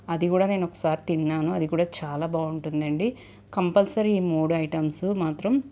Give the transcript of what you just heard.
అది కూడా నేను ఒకసారి తిన్నాను అది కూడా చాలా బాగుంటుందండి కంపల్సరీ ఈ మూడు ఐటమ్స్ మాత్రం